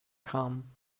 come